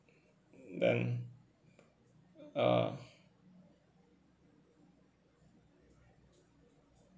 then uh